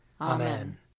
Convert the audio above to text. Amen